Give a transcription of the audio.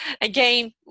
Again